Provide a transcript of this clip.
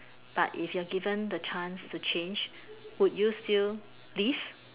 but if you're given the chance to change would you still leave